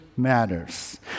Matters